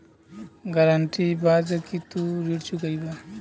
guarantee इ बात क कि तू ऋण चुकइबा